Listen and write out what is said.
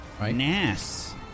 Nass